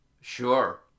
Sure